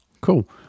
cool